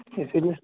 اسی لیے